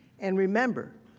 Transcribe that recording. and remember,